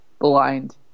blind